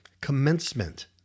commencement